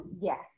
yes